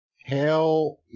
Hell